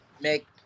make